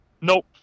Nope